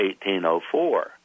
1804